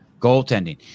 Goaltending